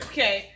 Okay